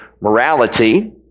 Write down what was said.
morality